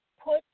Put